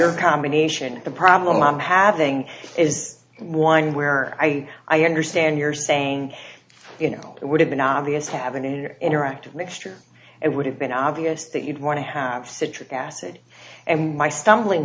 or combination the problem i'm having is one where i i understand you're saying you know it would have been obvious having an interactive mixture and would have been obvious that you'd want to have citric acid and my stumbling